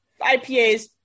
IPAs